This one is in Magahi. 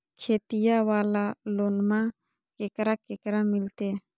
खेतिया वाला लोनमा केकरा केकरा मिलते?